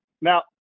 Now